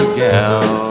gal